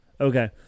Okay